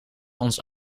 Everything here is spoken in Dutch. ons